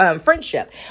friendship